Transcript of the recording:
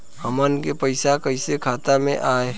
हमन के पईसा कइसे खाता में आय?